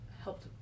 helped